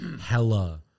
hella